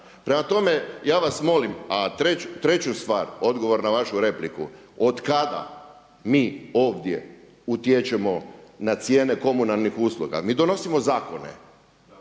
Prema tome ja vas molim, a treću stvar, odgovor na vašu repliku, od kada mi ovdje utječemo na cijene komunalnih usluga. Mi donosimo zakone,